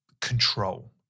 control